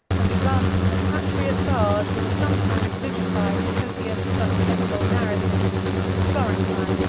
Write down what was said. and the glance of a patriot bard will sometimes vivify the copious, but simple, narrative of the florentine,